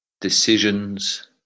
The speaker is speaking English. decisions